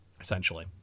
Essentially